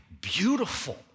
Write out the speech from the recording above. beautiful